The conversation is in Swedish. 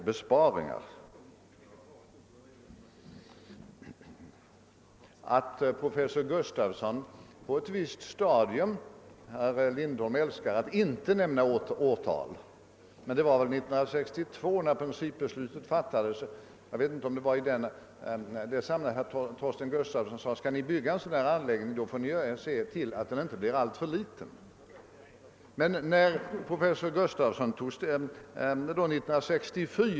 Herr Lindholm säger att jag skulle ha talat om ständig opposition.